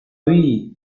oui